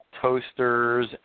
toasters